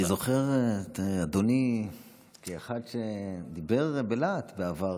אני זוכר את אדוני כאחד שדיבר בלהט בעבר